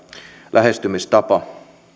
lähestymistapa